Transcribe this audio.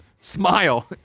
Smile